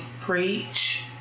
preach